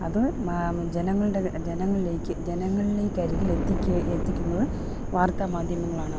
അത് മ ജനങ്ങളുടെ ജനങ്ങളിലേക്ക് ജനങ്ങളിലേക്ക് അരികിൽ എത്തിക്കുക എത്തിക്കുന്നത് വാർത്താമാധ്യമങ്ങളാണ്